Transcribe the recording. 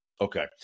Okay